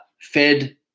Fed